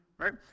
Right